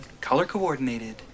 color-coordinated